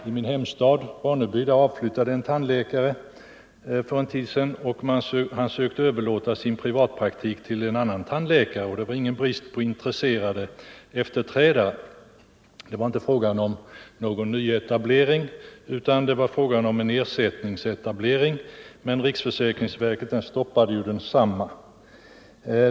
I min hemstad Ronneby avflyttade en tandläkare för en tid sedan och försökte överlåta sin privatpraktik till annan tandläkare. Det var ingen brist på intresserade tandläkare, som ville överta praktiken. Här var det alltså inte fråga om nyetablering utan om en ersättningsetablering, men riksförsäkringsverket stoppade densamma.